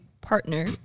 partner